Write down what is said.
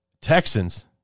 Texans